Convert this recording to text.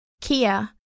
Kia